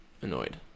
annoyed